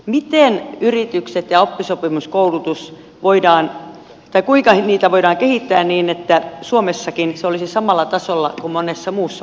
kuinka yrityksiä ja oppisopimuskoulutusta voidaan kehittää niin että suomessakin oppisopimuskoulutus olisi samalla tasolla kuin monessa muussa maassa euroopassa